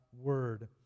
word